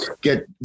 get